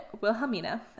Wilhelmina